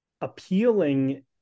appealing